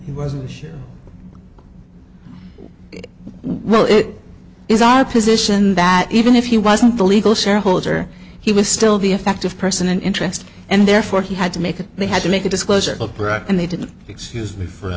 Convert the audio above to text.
he wasn't sure well it is our position that even if he wasn't the legal shareholder he was still the effect of person and interest and therefore he had to make a they had to make a disclosure of brad and they didn't excuse me for